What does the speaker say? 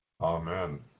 Amen